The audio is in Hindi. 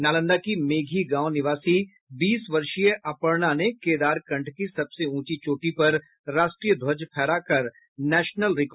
नालंदा की मेघी गांव निवासी बीस वर्षीय अर्पणा ने केदारकंठ की सबसे ऊंची चोटी पर राष्ट्रीय ध्वज फहराकर नेशनल रिकॉर्ड बनाया है